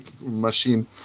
machine